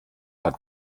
hat